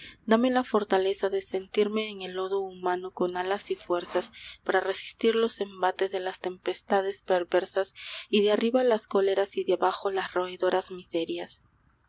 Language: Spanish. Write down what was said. dame la fortaleza de sentirme en el lodo humano con alas y fuerzas para resistir los embates de las tempestades perversas y de arriba las cóleras y de abajo las roedoras miserias